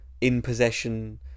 in-possession